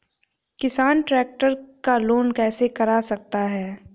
किसान ट्रैक्टर का लोन कैसे करा सकता है?